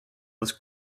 was